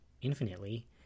infinitely